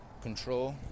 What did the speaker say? control